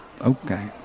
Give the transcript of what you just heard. Okay